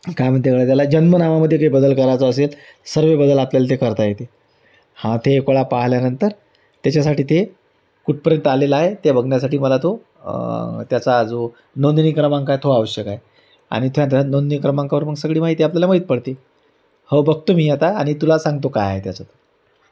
काय म्हणते बळे त्याला जन्म नावामध्ये काही बदल करायचं असेल सर्व बदल आपल्याला ते करता येते हा ते एक वेळा पाहिल्यानंतर त्याच्यासाठी ते कुठपर्यंत आलेलं आहे ते बघण्यासाठी मला तो त्याचा जो नोंदणी क्रमांक आहे तो आवश्यक आहे आणि त्यात नोंदणी क्रमांकावर मग सगळी माहिती आपल्याला माहीत पडते हो बघतो मी आता आणि तुला सांगतो काय आहे त्याचं